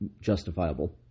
justifiable